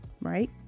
right